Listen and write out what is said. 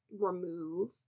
remove